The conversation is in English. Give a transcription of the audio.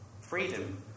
freedom